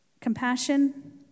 Compassion